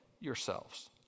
yourselves